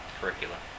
curriculum